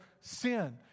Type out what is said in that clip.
sin